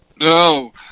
No